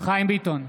חיים ביטון,